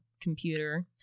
computer